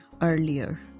earlier